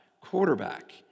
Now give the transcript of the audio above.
quarterback